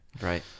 Right